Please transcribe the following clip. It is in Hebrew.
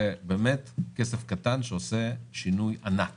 זה כסף קטן שעושה שינוי ענק